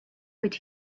would